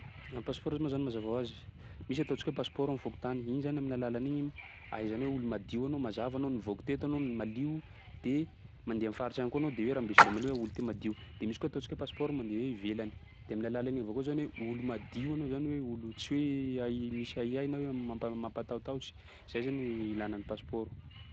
Ah pasipaoro moa zany mazava ho azy, misy ataontsika hoe pasipaoro am'fokontany, igny zany amin'ny alalan'igny ahaizana hoe olo madio anao, mazava anao, nivoaky teto anao malio. De mandeha am'faritsy agny koa anao de hoe rambesondreo malio hoe olo ty madio. De misy koa ataontsika hoe pasipaoro mandeha ivelany, de amin'ny alalan'iny avao koa zany hoe olo madio anao zany hoe olo tsy hoe ahia misy ahiahy na hoe mampa- mampatahotahotsy. Zay zany ny ilàna ny pasipaoro.